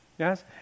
Yes